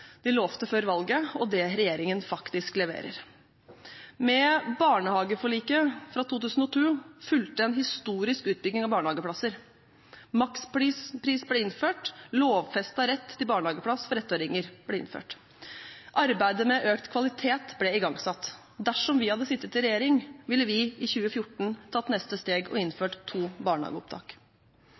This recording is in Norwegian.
de lovte før valget, og det regjeringen faktisk leverer. Med barnehageforliket fra 2002 fulgte en historisk utbygging av barnehageplasser. Makspris ble innført, og lovfestet rett til barnehageplass for ettåringer ble innført. Arbeidet med økt kvalitet ble igangsatt. Dersom vi hadde sittet i regjering, ville vi i 2014 tatt neste steg og innført to barnehageopptak.